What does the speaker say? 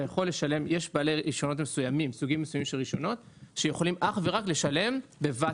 יש בעלי רישיונות מסוימים שיכולים לשלם אך ורק בבת-אחת,